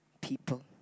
people